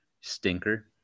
Stinker